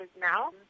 now